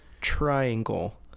Triangle